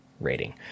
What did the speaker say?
rating